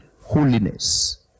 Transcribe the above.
holiness